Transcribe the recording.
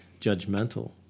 judgmental